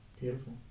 Beautiful